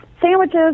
Sandwiches